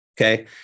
Okay